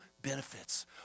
benefits